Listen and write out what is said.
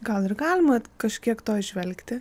gal ir galima kažkiek to įžvelgti